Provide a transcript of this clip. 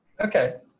Okay